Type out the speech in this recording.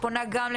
אני פונה מפה